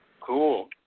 Cool